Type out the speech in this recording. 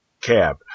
cab